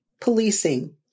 Policing